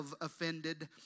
offended